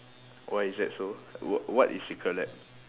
why is that so wh~ what is secret lab